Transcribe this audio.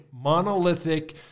monolithic